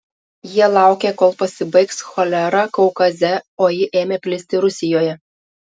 jie laukė kol pasibaigs cholera kaukaze o ji ėmė plisti rusijoje